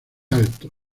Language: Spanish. alto